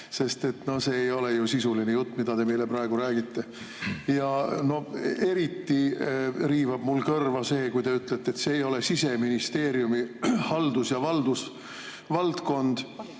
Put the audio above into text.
sest no see ei ole ju sisuline jutt, mida te meile praegu räägite. No eriti riivab mul kõrva see, kui te ütlete, et see ei ole Siseministeeriumi haldus‑ ja valdusvaldkond.